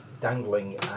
dangling